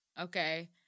okay